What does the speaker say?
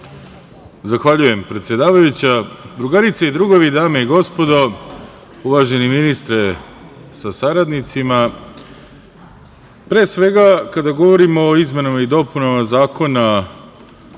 Zahvaljujem, predsedavajuća. Drugarice i drugovi, dame i gospodo, uvaženi ministre sa saradnicima, pre svega kada govorimo o izmenama i dopunama Zakona